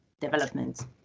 development